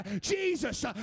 Jesus